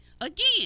again